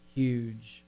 huge